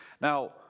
Now